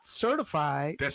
certified